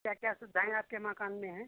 क्या क्या सुविधाएँ आपके मकान में हैं